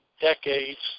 decades